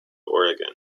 oregon